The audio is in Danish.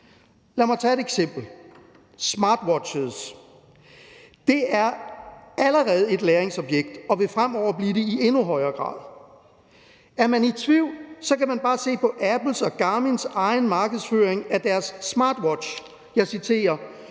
Lad mig tage et eksempel: Smartwatches er allerede et lagringsobjekt og vil fremover blive det i endnu højere grad. Er man i tvivl, kan man bare se på Apples og Garmins egen markedsføring af deres smartwatches. Jeg citerer: